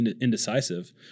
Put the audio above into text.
indecisive